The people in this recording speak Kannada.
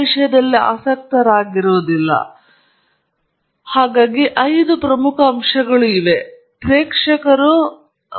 ಪಟ್ಟಿ ಮಾಡಲಾದ ಐದು ಪ್ರಮುಖ ಅಂಶಗಳು ಇಲ್ಲಿವೆ ಎಂಬುದನ್ನು ನಾವು ನೋಡಬಹುದು